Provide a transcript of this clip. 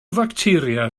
facteria